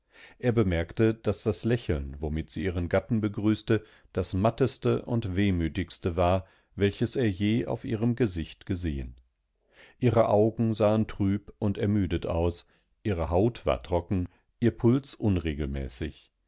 alsmaninmistreßfranklandszimmertrat sahderdoktoraufdenerstenblick daß inihrembefindeninfolgederereignissedesvergangenenabendseineänderung aber keineswegszumguten eingetretenwar erbemerkte daßdaslächeln womitsieihren gatten begrüßte das matteste und wehmütigste war welches er je auf ihrem gesicht gesehen ihre augen sahen trüb und ermüdet aus ihre haut war trocken ihr puls unregelmäßig